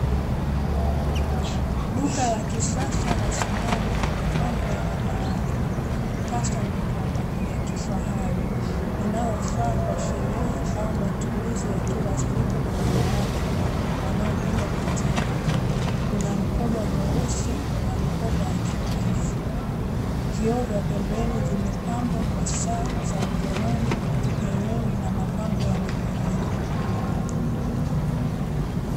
Duka la kisasa la samani na mapambo ya wanawake hasa mikoba ya kifahali inayofaa kwa sherehe au matumizi ya kila siku kwa wanawake wanaopenda mitindo. Kuna mkoba mweusi na mkoba wakijivu, vioo vya pembeni vimepambwa kwa saa za mkononi, hereni na mapambo ya mikononi.